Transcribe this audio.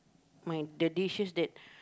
my the dishes that